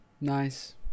Nice